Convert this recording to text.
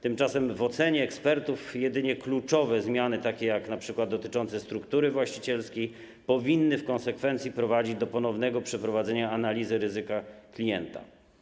Tymczasem w ocenie ekspertów jedynie kluczowe zmiany, takie jak np. dotyczące struktury właścicielskiej, powinny w konsekwencji prowadzić do ponownego przeprowadzenia analizy ryzyka klienta.